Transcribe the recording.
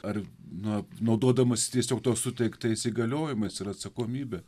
ar na naudodamasis tiesiog to suteiktais įgaliojimais ir atsakomybe